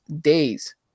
days